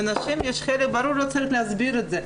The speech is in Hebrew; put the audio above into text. לנשים יש חלק ברור, לא צריך להסביר את זה.